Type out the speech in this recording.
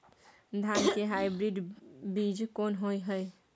धान के हाइब्रिड बीज कोन होय है?